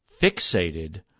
fixated